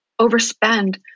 overspend